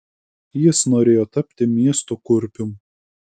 jis norėjo tapti miesto kurpium